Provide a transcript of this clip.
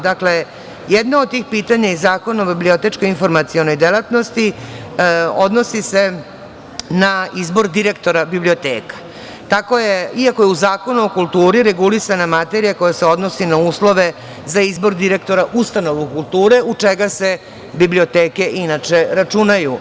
Dakle, jedno od tih pitanja iz Zakona o bibliotečko-informacionoj delatnosti odnosi se na izbor direktora biblioteka, iako je u Zakonu o kulturi regulisana materija koja se odnosi na uslove za izbor direktora ustanova kulture, u čega se biblioteke inače računaju.